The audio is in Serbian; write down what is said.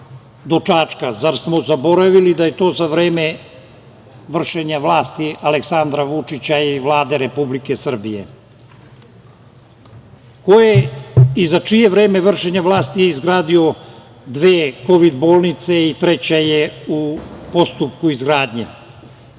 do Čačka? Zar smo zaboravili da je to za vreme vršenja vlasti Aleksandra Vučića i Vlade Republike Srbije? Ko je i za čije vreme vršenja vlasti je izgradio dve kovid bolnice i treća je u postupku izgradnje?